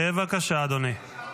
בבקשה, אדוני.